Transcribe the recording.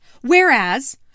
Whereas